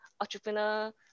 entrepreneur